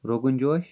rogan josh